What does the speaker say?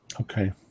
Okay